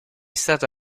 stato